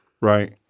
Right